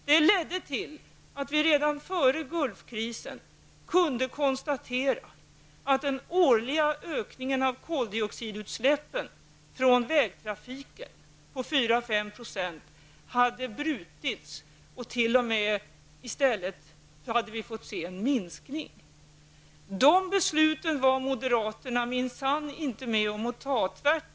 Det ledde till att vi redan före Gulfkrisen kunde konstatera att den årliga ökningen av koldioxidutsläppen från vägtrafiken på 4--5 % hade brutits, och vi fick i stället se en minskning. Dessa beslut var moderaterna minsann inte med om att fatta.